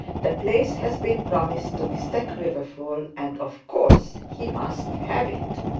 the place has been promised to mr quiverful, and of course he must have it.